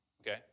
okay